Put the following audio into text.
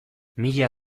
mila